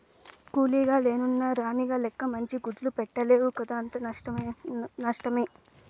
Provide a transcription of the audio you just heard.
కూలీగ లెన్నున్న రాణిగ లెక్క మంచి గుడ్లు పెట్టలేవు కదా అంతా నష్టమే